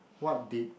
what did